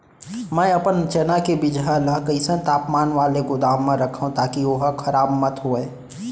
मैं अपन चना के बीजहा ल कइसन तापमान वाले गोदाम म रखव ताकि ओहा खराब मत होवय?